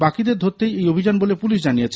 বাকিদের ধরতেই এই অভিযান বলে পুলিশ জানিয়েছে